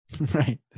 Right